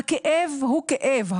הכאב הוא כאב,